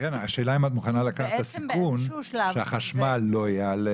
השאלה אם את מוכנה לקחת את הסיכון שהחשמל לא יעלה